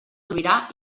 sobirà